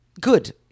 Good